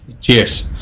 Cheers